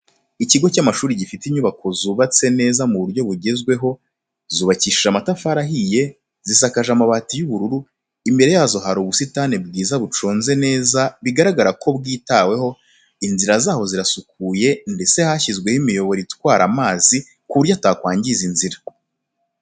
Ikigo cy'amashuri gifite inyubako zubatse neza mu buryo bugezweho zubakishije amatafari ahiye, zisakaje amabati y'ubururu, imbere yazo hari ubusitani bwiza buconze neza bigaragara ko bwitabwaho, inzira zaho zirasukuye ndetse hashyizweho imiyoboro itwara amazi ku buryo atakwangiza inzira.